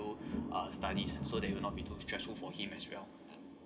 err studies so that will not be too stressful for him as well